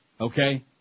okay